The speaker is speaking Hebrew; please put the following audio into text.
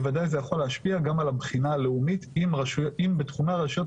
בוודאי זה יכול להשפיע גם על הבחינה הלאומית אם בתחומי הרשויות